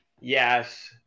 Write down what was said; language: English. Yes